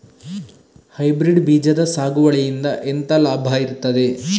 Hybrid ಬೀಜದ ಸಾಗುವಳಿಯಿಂದ ಎಂತ ಲಾಭ ಇರ್ತದೆ?